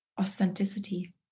authenticity